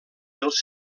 dels